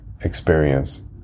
experience